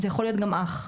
זה יכול להיות גם אח,